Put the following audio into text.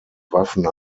waffen